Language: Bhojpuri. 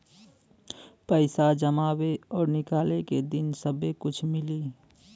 पैसा जमावे और निकाले के दिन सब्बे कुछ मिली